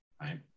right